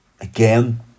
Again